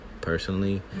personally